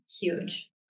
huge